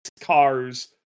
cars